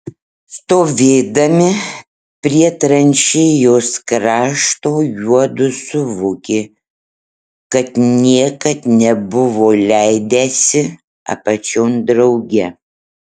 stovėdami prie tranšėjos krašto juodu suvokė kad niekad nebuvo leidęsi apačion drauge